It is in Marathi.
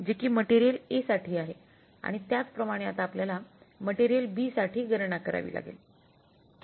जे कि मटेरियल A साठी आहे आणि त्याचप्रमाणे आता आपल्याला मटेरियल बी साठी गणना करावी लागेल